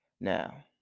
Now